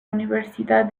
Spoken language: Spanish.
universidad